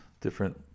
different